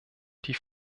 die